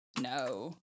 No